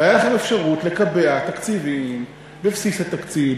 והייתה לכם אפשרות לקבע תקציבים בבסיס התקציב,